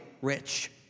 rich